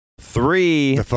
Three